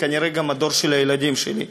וכנראה גם הדור של הילדים שלי,